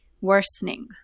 worsening